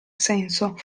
senso